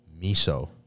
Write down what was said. miso